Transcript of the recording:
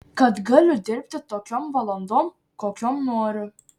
kad galiu dirbti tokiom valandom kokiom noriu